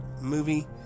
movie